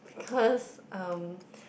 because um